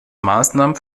maßnahmen